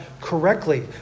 correctly